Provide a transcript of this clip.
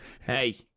Hey